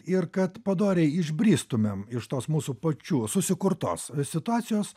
ir kad padoriai išbristumėm iš tos mūsų pačių susikurtos situacijos